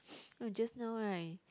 no just now right